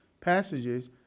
passages